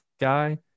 guy